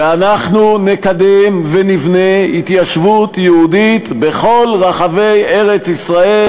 ואנחנו נקדם ונבנה התיישבות יהודית בכל רחבי ארץ-ישראל,